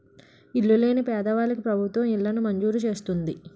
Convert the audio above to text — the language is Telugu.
ఇల్లు లేని పేదవాళ్ళకి ప్రభుత్వం ఇళ్లను మంజూరు చేస్తుంది